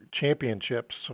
championships